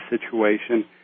situation